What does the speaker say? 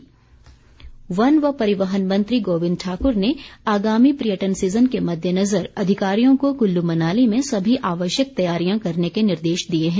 गोविंद ठाकुर वन व परिवहन मंत्री गोविंद ठाकुर ने आगामी पर्यटन सीज़न के मद्देनज़र अधिकारियों को कुल्लू मनाली में सभी आवश्यक तैयारियां करने के निर्देश दिए हैं